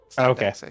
Okay